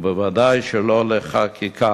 ובוודאי שלא לחקיקה.